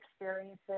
experiences